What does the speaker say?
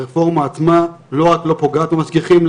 הרפורמה עצמה לא רק לא פוגעת במשגיחים,